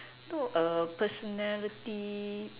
no err personality